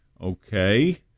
Okay